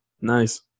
Nice